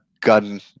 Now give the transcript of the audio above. gun